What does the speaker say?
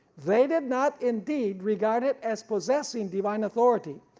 they did not, indeed, regard it as possessing divine authority,